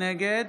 נגד